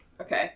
Okay